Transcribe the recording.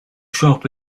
shop